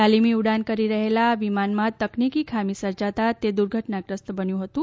તાલીમી ઉડાન કરી રહેલા આ વિમાનમાં તકનીકી ખામી સર્જાતા તે દુર્ઘટના ગ્રસ્ત બન્યું હતું